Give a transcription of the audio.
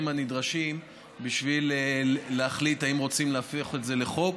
הנדרשים בשביל להחליט אם רוצים להפוך את זה לחוק